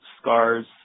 scars